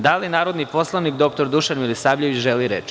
Da li narodni poslanik dr Dušan Milisavljević želi reč?